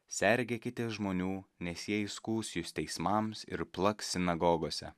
sergėkitės žmonių nes jie įskųs jus teismams ir plaks sinagogose